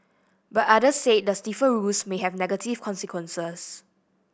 but others said the stiffer rules may have negative consequences